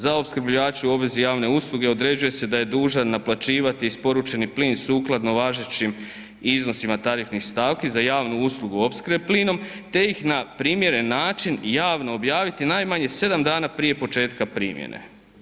Za opskrbljivača u obvezi javne usluge određuje se da je dužan naplaćivati isporučeni plin sukladno važećim iznosima tarifnih stavki za javnu uslugu opskrbe plinom te ih na primjeren način javno objaviti najmanje 7 dana prije početka primjene.